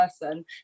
person